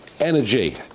energy